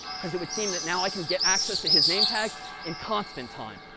because it would seem that now i can get access to his name tag in constant time.